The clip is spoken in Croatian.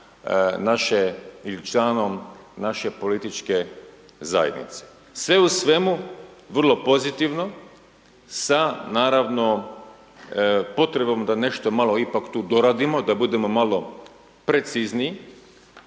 naše, ili članom naše političke zajednice. Sve u svemu vrlo pozitivno sa naravno potrebom da nešto malo ipak tu doradimo, da budemo malo precizni.